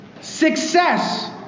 success